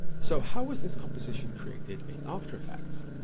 so how is this composition created in after effects?